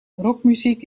rockmuziek